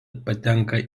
patenka